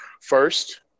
first